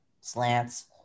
slants